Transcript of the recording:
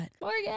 Morgan